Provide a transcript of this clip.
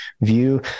view